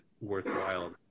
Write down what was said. worthwhile